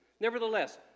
Nevertheless